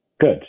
good